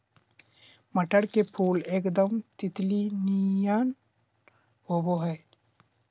मटर के फुल एकदम तितली नियर होबा हइ